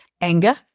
anger